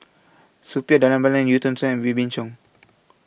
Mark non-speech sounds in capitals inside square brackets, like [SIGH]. Suppiah Dhanabalan EU Tong Sen and Wee Beng Chong [NOISE]